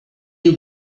you